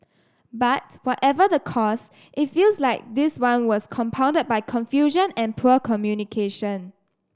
but whatever the cause it feels like this one was compounded by confusion and poor communication